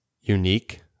unique